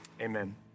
Amen